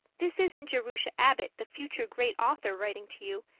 this isn't jerusha abbott, the future great author, writing to you.